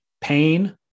pain